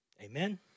Amen